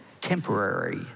temporary